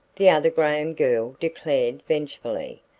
the other graham girl declared vengefully.